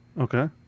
Okay